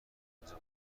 اونجا